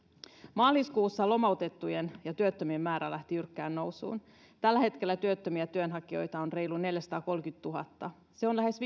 maaliskuussa lomautettujen ja työttömien määrä lähti jyrkkään nousuun tällä hetkellä työttömiä työnhakijoita on reilu neljäsataakolmekymmentätuhatta se on lähes